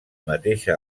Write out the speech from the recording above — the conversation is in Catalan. mateixa